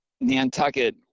Nantucket